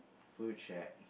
food shack